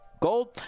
Gold